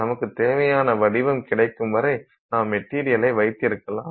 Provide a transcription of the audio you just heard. நமக்கு தேவையான வடிவம் கிடைக்கும் வரை நாம் மெட்டீரியலை வைத்திருக்கலாம்